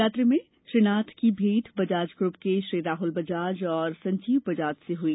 रात्रि में श्री नाथ की भेंट बजाज ग्रूप के राहुल बजाज एवं संजीव बजाज से हुई